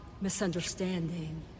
misunderstanding